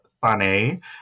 funny